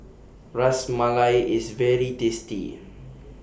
Ras Malai IS very tasty